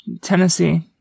Tennessee